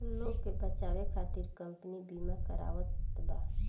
लोग के बचावे खतिर कम्पनी बिमा करावत बा